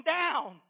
down